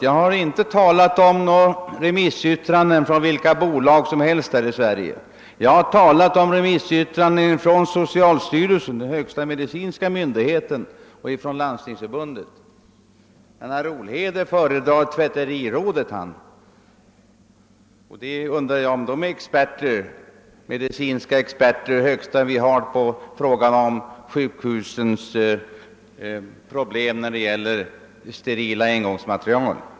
Jag har inte talat om remissyttranden från vilka bolag som helst, utan om remissyttranden från socialstyrelsen — den högsta medicinska myndigheten — och från Landstingsförbundet. Men herr Olhede föredrar = tvätterirådet. Jag undrar om man där förfogar över den högsta medicinska expertisen när det gäller sjukhusens problem i fråga om sterila engångsmaterial.